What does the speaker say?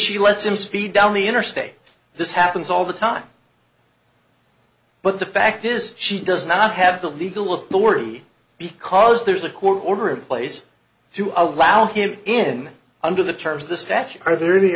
she lets him speed down the interstate this happens all the time but the fact is she does not have the legal authority because there's a court order in place to allow him in under the terms of the statute are there any